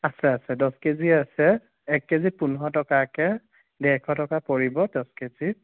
আছে আছে দহ কেজি আছে এক কেজিত পোন্ধৰ টকাকৈ ডেৰশ টকা পৰিব দহ কেজিত